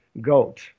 goat